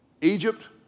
Egypt